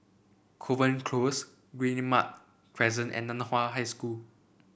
Kovan Close Guillemard Crescent and Nan Hua High School